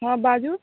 हँ बाजु